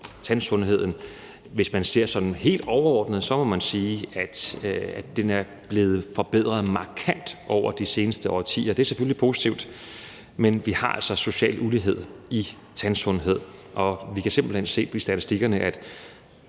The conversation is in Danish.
tandsundheden. Hvis man ser helt overordnet på det, må man sige, at den er blevet forbedret markant over de seneste årtier, og det er selvfølgelig positivt, men vi har altså social ulighed i tandsundhed, og vi kan simpelt hen se i statistikkerne, at